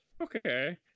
okay